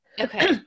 Okay